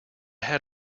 had